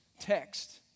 text